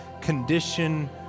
condition